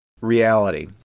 reality